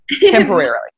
temporarily